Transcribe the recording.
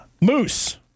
Moose